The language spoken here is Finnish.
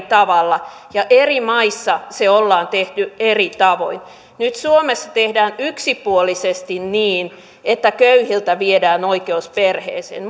tavalla ja eri maissa se ollaan tehty eri tavoin nyt suomessa tehdään yksipuolisesti niin että köyhiltä viedään oikeus perheeseen